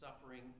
suffering